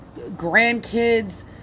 grandkids